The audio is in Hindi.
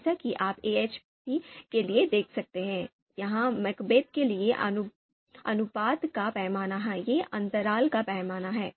जैसा कि आप AHP के लिए देख सकते हैं यह MACBETH के लिए अनुपात का पैमाना है यह अंतराल का पैमाना है